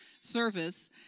service